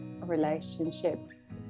relationships